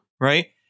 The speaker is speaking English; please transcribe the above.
right